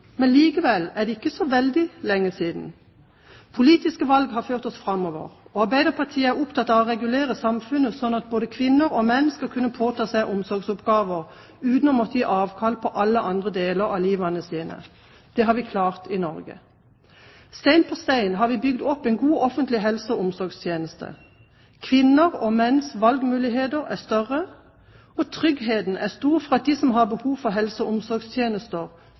men likevel er det ikke så veldig lenge siden. Politiske valg har ført oss framover. Arbeiderpartiet er opptatt av å regulere samfunnet slik at både kvinner og menn skal kunne påta seg omsorgsoppgaver uten å måtte gi avkall på alle andre deler av livet sitt. Det har vi klart i Norge. Sten på sten har vi bygd opp en god offentlig helse- og omsorgstjeneste. Kvinner og menns valgmuligheter er større, og tryggheten er stor for at de som har behov for helse- og omsorgstjenester,